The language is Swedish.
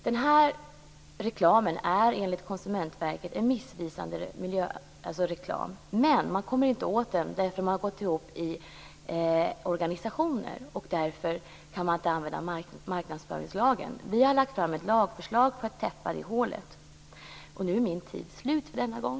Denna reklam är enligt Konsumentverket missvisande reklam, men det går inte att komma åt den därför att bilindustrin har gått samman i organisationer. Därför kan man inte tillämpa marknadsföringslagen. Vi har lagt fram ett lagförslag för att täppa till detta hål. Nu är min taletid slut för denna gång.